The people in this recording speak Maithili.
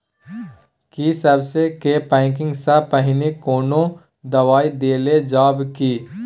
की सबसे के पैकिंग स पहिने कोनो दबाई देल जाव की?